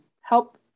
help